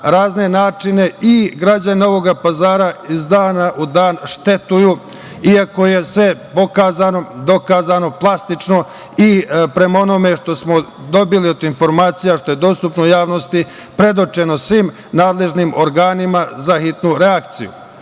razne načine, i građani Novog Pazara iz dana u dan štetuju, iako je sve pokazano, dokazano plastično i prema onome što smo dobili od informacija, što je dostupno u javnosti, predočeno svim nadležnim organima za hitnu reakciju. Ne